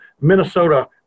Minnesota